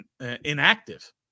inactive